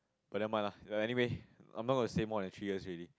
but nevermind lah anyway I'm not going to stay more than three years already